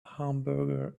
hamburger